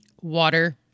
water